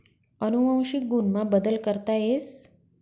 अनुवंशिक गुण मा बदल करता येस